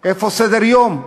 איפה סדר-היום.